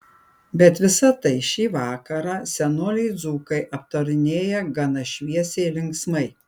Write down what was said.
bet visa tai šį vakarą senoliai dzūkai aptarinėja gana šviesiai linksmai